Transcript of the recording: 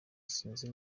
sinzi